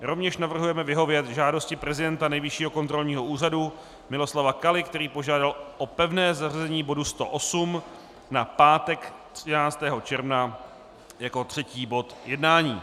Rovněž navrhujeme vyhovět žádosti prezidenta Nejvyššího kontrolního úřadu Miloslava Kaly, který požádal o pevné zařazení bodu 108 na pátek 13. června jako 3. bod jednání.